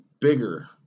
bigger